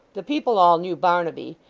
the people all knew barnaby,